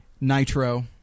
Nitro